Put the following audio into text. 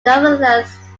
nevertheless